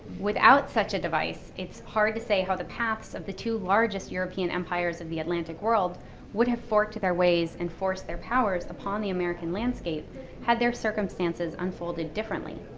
without such a device, it's hard to say how the paths of the two largest european empires of the atlantic world would have forked their ways and forced their powers upon the american landscape had their circumstances unfolded differently.